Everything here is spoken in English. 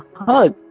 hug?